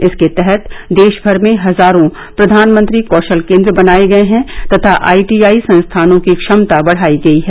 इसके तहत देशभर में हजारों प्रधानमंत्री कौशल केंद्र बनाए गए हैं तथा आईटीआई संस्थानों की क्षमता बढ़ाई गई है